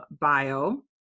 bio